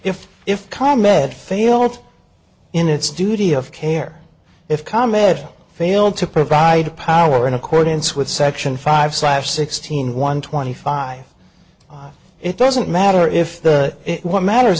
if if com ed failed in its duty of care if com ed failed to provide power in accordance with section five slash sixteen one twenty five it doesn't matter if the what matters